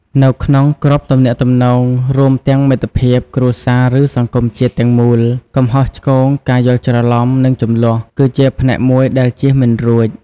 នៅក្នុងគ្រប់ទំនាក់ទំនង រួមទាំងមិត្តភាព គ្រួសារ ឬសង្គមជាតិទាំងមូល កំហុសឆ្គងការយល់ច្រឡំ និងជម្លោះ គឺជាផ្នែកមួយដែលជៀសមិនរួច។